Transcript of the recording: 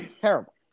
Terrible